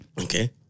Okay